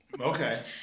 Okay